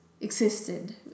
existed